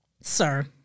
sir